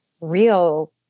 real